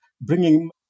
bringing